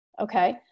Okay